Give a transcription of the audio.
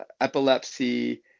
epilepsy